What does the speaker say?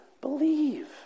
believe